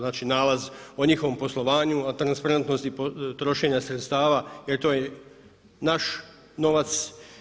Znači, nalaz o njihovom poslovanju, o transparentnosti trošenja sredstava jer to je naš novac.